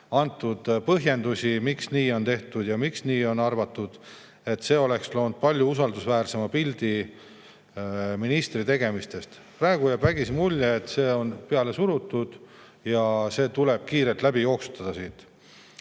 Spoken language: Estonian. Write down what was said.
antud põhjendusi, miks nii on tehtud ja miks nii on arvatud. See oleks loonud palju usaldusväärsema pildi ministri tegemistest. Praegu jääb vägisi mulje, et see on peale surutud ja see tuleb siit kiirelt läbi jooksutada. Mitte